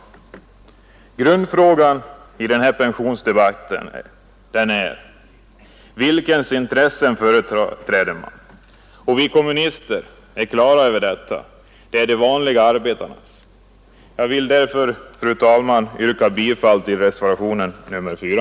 Grundfrågan i den här pensionsdebatten är: Vilkas intressen företräder man? Vi kommunister är klara över detta — det är de vanliga arbetarnas. Jag vill därför, fru talman, yrka bifall till reservation nr 4.